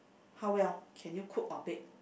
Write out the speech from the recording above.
how well can you cook or bake